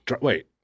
Wait